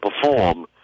perform